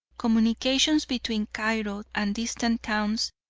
communications between cairo and distant towns,